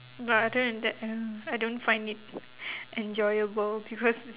but other than that ya I don't find it enjoyable because it's